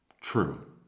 True